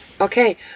okay